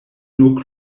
nur